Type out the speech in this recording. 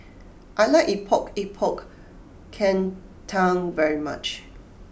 I like Epok Epok Kentang very much